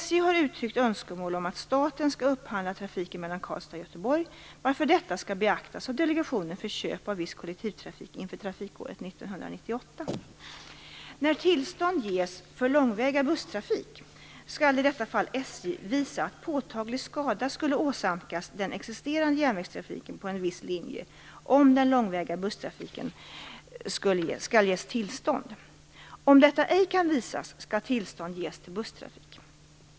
SJ har uttryckt önskemål om att staten skall upphandla trafiken mellan Karlstad och Göteborg varför detta skall beaktas av Delegationen för köp av viss kollektivtrafik inför trafikåret 1998. När tillstånd ges för långväga busstrafik skall, i detta fall, SJ visa att påtaglig skada skulle åsamkas den existerande järnvägstrafiken på en viss linje om den långväga busstrafiken skulle ges tillstånd. Om detta ej kan visas skall tillstånd ges till busstrafik.